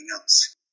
else